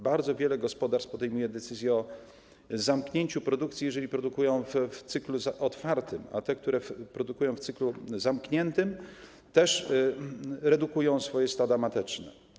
Bardzo wiele gospodarstw podejmuje decyzję o zamknięciu produkcji, jeżeli produkują w cyklu otwartym, a te, które produkują w cyklu zamkniętym, też redukują swoje stada mateczne.